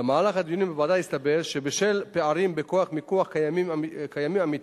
במהלך הדיונים בוועדה הסתבר שבשל פערים בכוח מיקוח קיימים עמיתים,